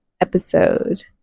episode